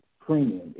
premium